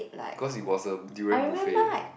because it was a durian buffet ah